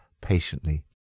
patiently